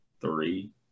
three